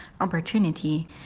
opportunity